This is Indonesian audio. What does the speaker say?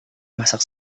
masak